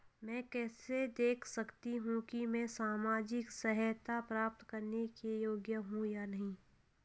मैं कैसे देख सकती हूँ कि मैं सामाजिक सहायता प्राप्त करने के योग्य हूँ या नहीं?